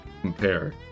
compare